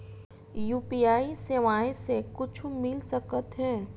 UPI सेवाएं से कुछु मिल सकत हे?